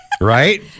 right